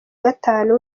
gatanu